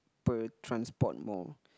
b~ transport more